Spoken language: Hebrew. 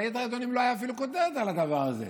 וביתר העיתונים לא הייתה אפילו כותרת על הדבר הזה.